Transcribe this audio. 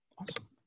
Awesome